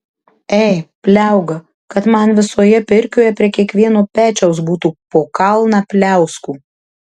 ei pliauga kad man visoje pirkioje prie kiekvieno pečiaus būtų po kalną pliauskų